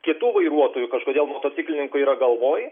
kitų vairuotojų kažkodėl motociklininkų yra galvoj